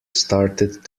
started